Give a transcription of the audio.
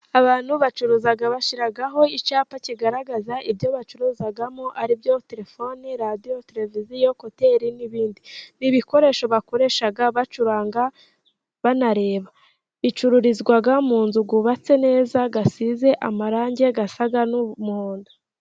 Abantu bacuruza bashyiraho icapa kigaragaza ibyo bacuruzamo aribyo: telefoni, radiyo, televiziyo, ekuteri n' ibindi bikoresho bakoresha bacuranga banareba; bicururizwa mu nzu bubatse neza asize amarangi asaga n' umuhondo.